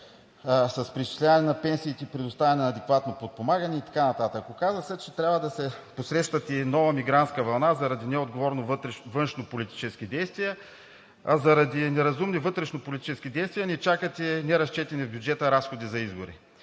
с преизчисляване на пенсиите, предоставяне на адекватно подпомагане и така нататък. Оказа се, че трябва да се посреща и нова мигрантска вълна заради неотговорни външнополитически действия, а заради неразумни вътрешнополитически действия ни чакат и неразчетени в бюджета разходи за избори.